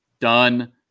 Done